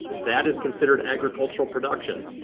that is considered agricultural production.